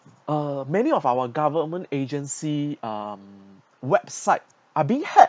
uh many of our government agency um website are being hacked